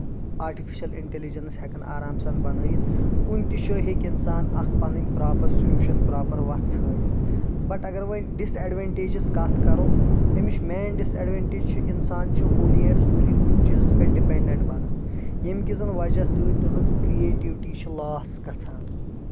artificial intelligence ہٮ۪کن آرام سان بَنٲوِتھ کُنہِ تہِ جایہِ ہیٚکہِ اِنسان اکھ پَنٕنۍ پروپر سولوٗشن پروپر وَتھ ژھٲنٛڈِتھ بَٹ اَگر وۄنۍ ڈِس ایٚڈوَنٛٹیجس کتھ کَرو اَمِچ مین ڈِس ایٚڈوَنٹیج چھِ اِنسان چھ ہولی اینڈ سولی کُنہِ چیٖزس پٮ۪ٹھ ڈِپیٚنٛڈنٹ بَنان ییٚمہِ کہِ زَن وجہہ سۭتۍ تہنٛز کریٹوٹی چھِ لوس گژھان